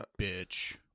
bitch